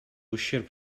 ущерб